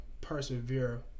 persevere